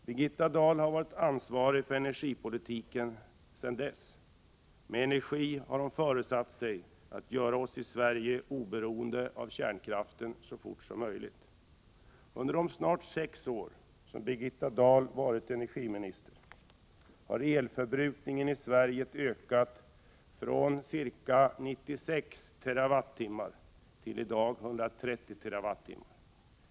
Birgitta Dahl har varit ansvarig för energipolitiken sedan dess. Med energi har hon föresatt sig att göra oss i Sverige oberoende av kärnkraften så fort som möjligt. Under de snart 6 år som Birgitta Dahl har varit energiminister, har elförbrukningen i Sverige ökat från ca 96 TWh till i dag 130 TWh.